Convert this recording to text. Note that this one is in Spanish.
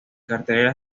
cartelera